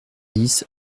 dix